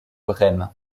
brême